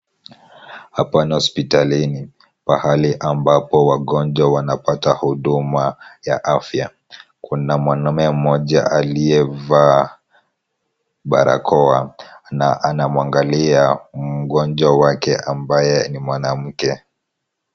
Hapa ni hospitalini pahali ambapo wagonjwa wanapata huduma ya afya. Kuna mwanaume mmoja aliyevaa barakoa na anamwangalia mgonjwa wake ambaye ni mwanamke.